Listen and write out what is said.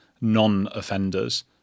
non-offenders